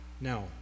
Now